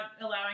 allowing